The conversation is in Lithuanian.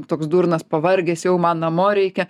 toks durnas pavargęs jau man namo reikia